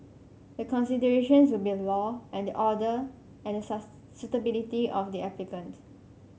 the considerations will be law and order and the suitability of the applicant